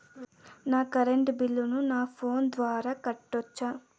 నా కరెంటు బిల్లును నా ఫోను ద్వారా కట్టొచ్చా?